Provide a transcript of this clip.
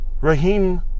Raheem